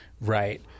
right